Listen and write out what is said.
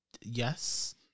yes